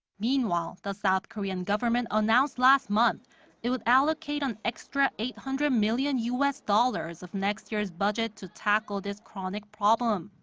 meanwhile. the south korean government announced last month it would allocate an extra eight hundred million u s. dollars of next year's budget to tackle this chronic problem.